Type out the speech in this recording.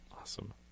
Awesome